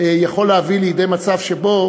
יכול להביא לידי מצב שבו